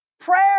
Prayer